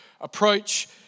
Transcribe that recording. approach